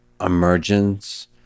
emergence